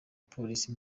polisi